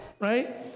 right